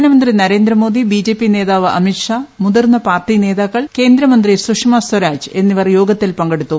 പ്രധാനമന്ത്രി Narendra Modi B J P നേതാവ് അമിത് ഷാ മുതിർന്ന പാർട്ടി നേതാക്കൾ കേന്ദ്രമന്ത്രി സുഷമ സ്വരാജ് എന്നിവർ യോഗത്തിൽ പങ്കെടുത്തു